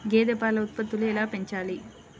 గేదె పాల ఉత్పత్తులు ఎలా పెంచాలి?